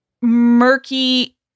murky